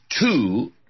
two